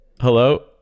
Hello